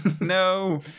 No